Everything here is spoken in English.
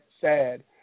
sad